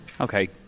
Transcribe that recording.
Okay